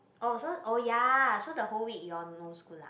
oh so oh ya so the whole week you all no school lah